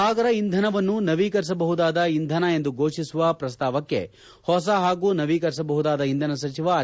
ಸಾಗರ ಇಂಧನವನ್ನು ನವೀಕರಿಸಬಹುದಾದ ಇಂಧನ ಎಂದು ಘೋಷಿಸುವ ಪ್ರಸ್ತಾವಕ್ಕೆ ಹೊಸ ಹಾಗೂ ನವೀಕರಿಸಬಹುದಾದ ಇಂಧನ ಸಚಿವ ಆರ್